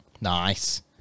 Nice